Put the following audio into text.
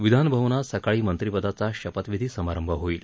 विधानभवनात सकाळी मंत्रीपदाचा शपथविधी समारंभ होईल